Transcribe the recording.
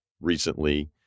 recently